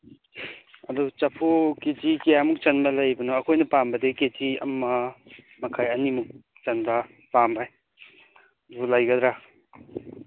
ꯑꯗꯨ ꯆꯐꯨ K G ꯀꯌꯥꯃꯨꯛ ꯆꯟꯕ ꯂꯩꯕꯅꯣ ꯑꯩꯈꯣꯏꯅ ꯄꯥꯝꯕꯗꯤ ꯀꯦ ꯖꯤ ꯑꯃ ꯃꯈꯥꯏ ꯑꯅꯤꯃꯨꯛ ꯆꯟꯕ ꯄꯥꯝꯕ ꯑꯗꯨ ꯂꯩꯒꯗ꯭ꯔ